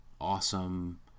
Awesome